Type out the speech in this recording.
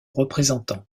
représentant